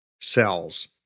cells